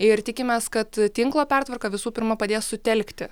ir tikimės kad tinklo pertvarka visų pirma padės sutelkti